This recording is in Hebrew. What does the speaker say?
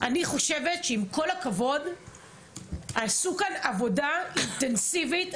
עם כל הכבוד עשו כאן עבודה אינטנסיבית.